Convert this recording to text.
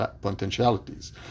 potentialities